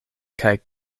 kaj